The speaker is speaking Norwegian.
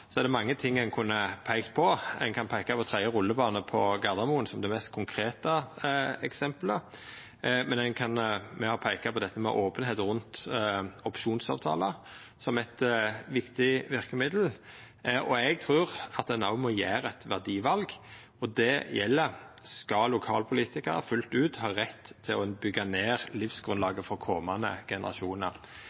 er det mange ting ein kunne peikt på. Ein kan peika på tredje rullebane på Gardermoen som det mest konkrete eksemplet, og ein kan peika på openheit rundt opsjonsavtaler som eit viktig verkemiddel. Eg trur at ein òg må gjera eit verdival: Skal lokalpolitikarar fullt ut ha rett til å byggja ned livsgrunnlaget for komande generasjonar?